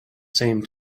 same